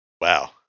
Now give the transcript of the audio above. Wow